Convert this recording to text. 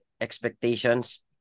Expectations